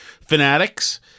fanatics